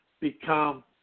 become